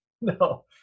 No